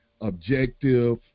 objective